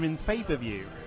pay-per-view